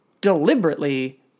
deliberately